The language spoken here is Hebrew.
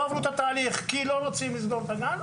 עברו את התהליך כי לא רוצים לסגור את הגן,